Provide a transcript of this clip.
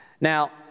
Now